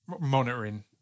monitoring